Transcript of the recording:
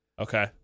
Okay